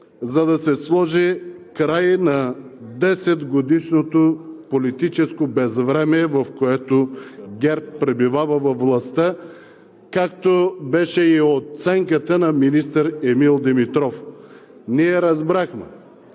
за да се сложи край на 10-годишното политическо безвремие, в което ГЕРБ пребивава във властта, както беше и оценката на министър Емил Димитров. Ние разбрахме,